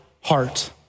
heart